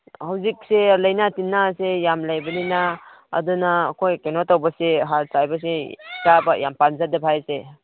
ꯍꯧꯖꯤꯛꯁꯦ ꯂꯩꯅꯥ ꯇꯤꯟꯅꯥꯁꯦ ꯌꯥꯝ ꯂꯩꯕꯅꯤꯅ ꯑꯗꯨꯅ ꯑꯩꯈꯣꯏ ꯀꯩꯅꯣ ꯇꯧꯕꯁꯦ ꯍꯥꯔ ꯆꯥꯏꯕꯁꯦ ꯆꯥꯕ ꯌꯥꯝ ꯄꯥꯝꯖꯗꯕ ꯍꯥꯏꯁꯦ